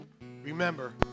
remember